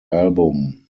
album